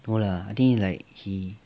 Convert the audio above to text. no lah I think like he